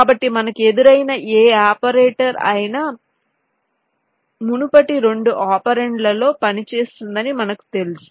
కాబట్టి మనకు ఎదురైన ఏ ఆపరేటర్ అయినా మునుపటి 2 ఒపెరాండ్లలో పనిచేస్తుందని మనకు తెలుసు